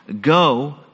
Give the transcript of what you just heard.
Go